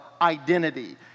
identity